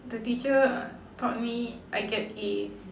the teacher taught me I get As